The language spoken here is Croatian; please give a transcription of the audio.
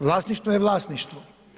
Vlasništvo je vlasništvo.